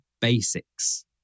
basics